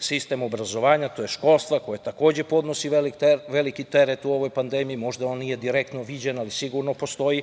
sistem obrazovanja, tj. školstva, koji takođe podnosi veliki teret u ovoj pandemiji. Možda on nije direktno viđen, ali sigurno postoji.